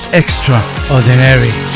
extraordinary